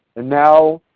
and now,